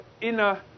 inner